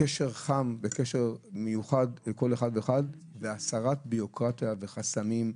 קשר חם וקשר מיוחד עם כל אחד ואחד והסרת בירוקרטיה וחסמים.